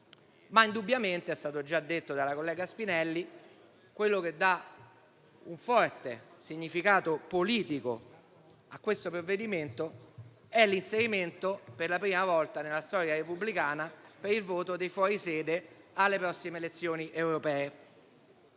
Indubbiamente, come è stato già detto dalla collega Spinelli, quello che dà un forte significato politico a questo provvedimento è l'inserimento, per la prima volta nella storia repubblicana, del voto dei fuorisede alle prossime elezioni europee.